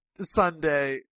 Sunday